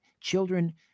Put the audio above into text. Children